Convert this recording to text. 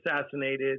assassinated